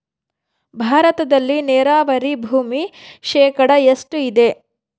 ಭಾರತದಲ್ಲಿ ನೇರಾವರಿ ಭೂಮಿ ಶೇಕಡ ಎಷ್ಟು ಇದೆ?